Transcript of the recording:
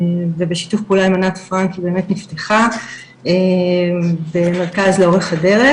ובשיתוף פעולה עם ענת פרנק היא באמת נפתחה במרכז "לאורך הדרך",